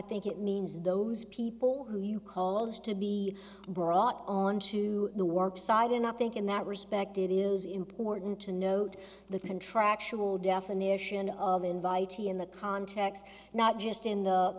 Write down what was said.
think it means those people who you call has to be brought onto the work side and i think in that respect it is important to note the contractual definition of invitee in the context not just